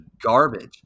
garbage